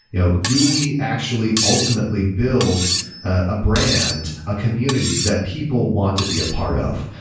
you know do we actually ultimately build a brand, a community that people want to be a part of?